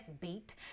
beat